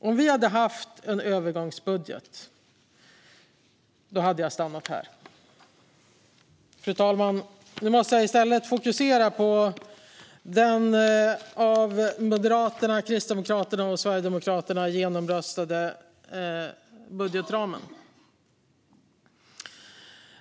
Om vi hade haft en övergångsbudget hade jag stannat här. Nu, fru talman, måste jag i stället fokusera på den av Moderaterna, Kristdemokraterna och Sverigedemokraterna genomröstade budgetramen.